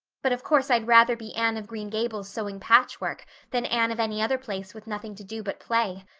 but of course i'd rather be anne of green gables sewing patchwork than anne of any other place with nothing to do but play.